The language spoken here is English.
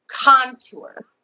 contour